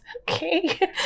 okay